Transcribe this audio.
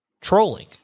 trolling